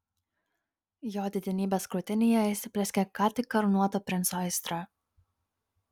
jo didenybės krūtinėje įsiplieskė ką tik karūnuoto princo aistra